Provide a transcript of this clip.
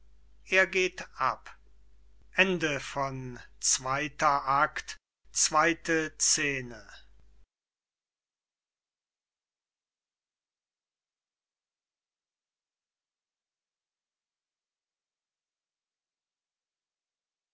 er geht hinein zweite scene